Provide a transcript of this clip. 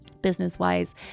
business-wise